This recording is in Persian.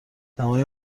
دمای